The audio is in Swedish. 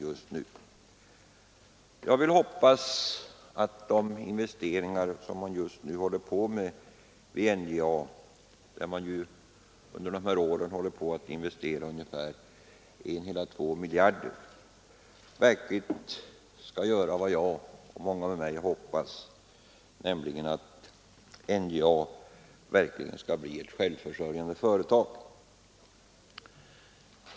Jag och många med mig hoppas att de investeringar man just nu gör i NJA — det rör sig under dessa år om 1,2 miljarder kronor — äntligen skall göra NJA till ett självförsörjande företag.